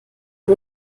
und